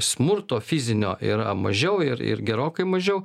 smurto fizinio yra mažiau ir ir gerokai mažiau